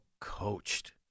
coached